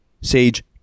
Sage